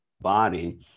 body